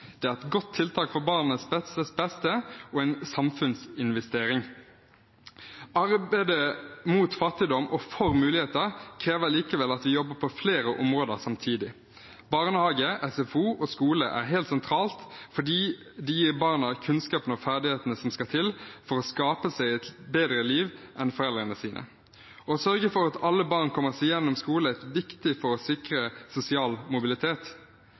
Det er et godt tiltak for barnets beste og en samfunnsinvestering. Arbeidet mot fattigdom og for muligheter krever likevel at vi jobber på flere områder samtidig. Barnehage, SFO og skole er helt sentralt fordi de gir barna kunnskapene og ferdighetene som skal til for å skape seg et bedre liv enn foreldrene hadde. Å sørge for at alle barn kommer seg gjennom skolen, er viktig for å sikre sosial mobilitet.